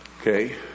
okay